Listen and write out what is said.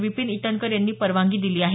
विपिन ईटनकर यांनी परवानगी दिली आहे